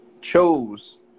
chose